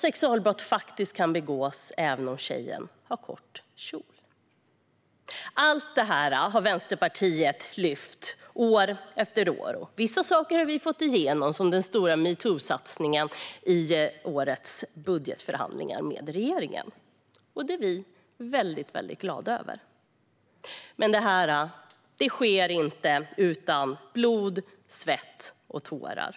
Sexualbrott kan faktiskt begås även om tjejen har kort kjol. Allt detta har Vänsterpartiet tagit upp år efter år. Vissa saker har vi fått igenom, som den stora metoo-satsningen i årets budgetförhandlingar med regeringen. Det är vi väldigt glada över. Men detta sker inte utan blod, svett och tårar.